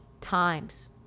times